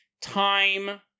time